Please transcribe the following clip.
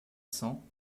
cents